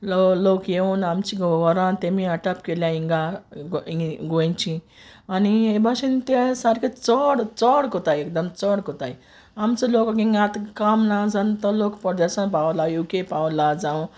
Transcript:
लोक येवून आमच घोरां तेमी आटाक केलांय इंगा इंग गोंयचीं आनी हे भाशेन ते सारके चोड चोड कोताय एकदम चोड कोताय आमच लोक इंग आत काम ना जान थोड लोक पोरदेसांत पावला यु के पावला जावं